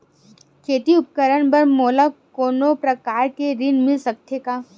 खेती उपकरण बर मोला कोनो प्रकार के ऋण मिल सकथे का?